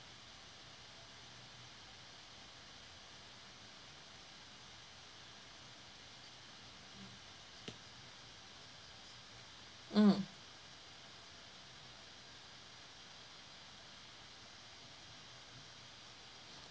mm